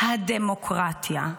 הדמוקרטיה,